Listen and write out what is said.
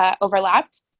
overlapped